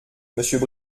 monsieur